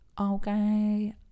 Okay